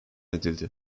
edildi